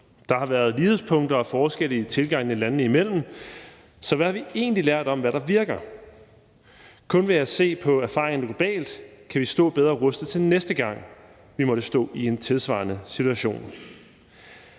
Der har været lighedspunkter og forskelle i tilgangene landene imellem, så hvad har vi egentlig lært om, hvad der virker? Kun ved at se på erfaringerne globalt kan vi stå bedre rustet til næste gang, vi måtte stå i en tilsvarende situation.